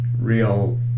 real